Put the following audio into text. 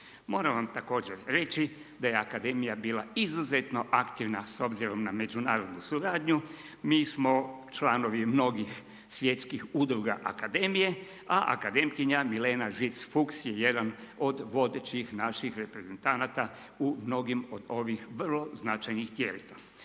Moram vam također reći da je akademija bila izuzetno aktivna s obzirom na međunarodnu suradnju. Mi smo članovi mnogih svjetskih udruga akademije a akademkinja Milena Žic Fucks je jedan od vodećih naših reprezentanata u mnogim od ovih vrlo značajnih